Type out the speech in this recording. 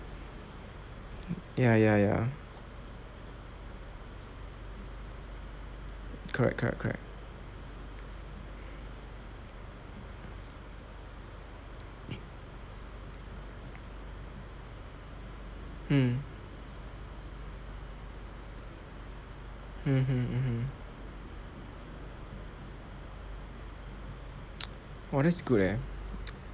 ya ya ya correct correct correct hmm hmm hmm um hmm oh that's good eh